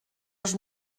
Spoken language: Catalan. els